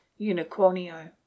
unicornio